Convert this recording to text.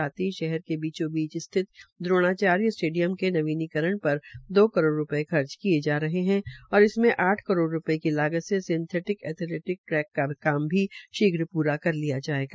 साथ ही शहर के बीचोबीच स्थित दोणाचार्य स्टेडियम के नवीनीकरण पर दो करोड़ रूपये खर्च किये जा रहे है तथा इसमें आठ करोड़ रूपये की लागत से सिंथेटिक एथलेटिकस ट्रैक का काम भी शीघ्र प्रा किया जायेगा